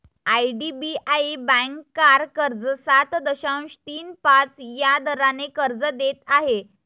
IDBI bank car कर्ज सात दशांश तीन पाच या दराने कर्ज देत आहे